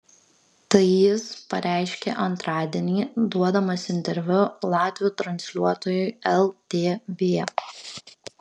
tai jis pareiškė antradienį duodamas interviu latvių transliuotojui ltv